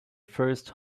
first